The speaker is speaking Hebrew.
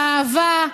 האהבה,